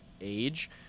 age